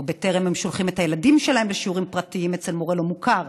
או בטרם הם שולחים את הילדים שלהם לשיעורים פרטיים אצל מורה לא מוכר,